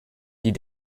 dit